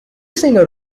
singer